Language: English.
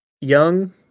young